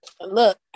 Look